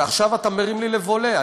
ועכשיו אתה מרים לי לוולה,